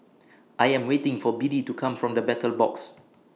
I Am waiting For Biddie to Come from The Battle Box